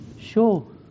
sure